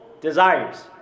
Desires